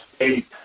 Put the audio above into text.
eight